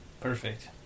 Perfect